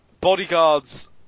Bodyguards